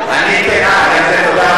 היה כתוב שהעברת למשרד הביטחון?